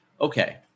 okay